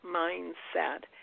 mindset